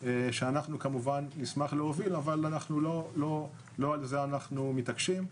שאנחנו כמובן נשמח להוביל אבל לא על זה אנחנו מתעקשים,